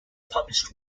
published